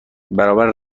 برابر